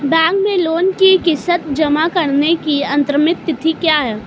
Bank में loan की किश्त जमा कराने की अंतिम तिथि क्या है?